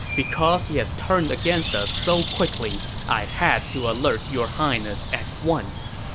because he has turned against us so quickly, i had to alert your highness at once.